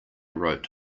wrote